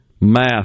math